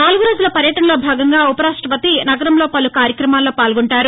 నాలుగురోజుల పర్యటనలో భాగంగా ఉపరాష్టపతి నగరంలో పలు కార్యక్రమాల్లో పాల్గొంటారు